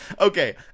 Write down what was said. Okay